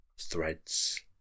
threads